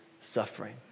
suffering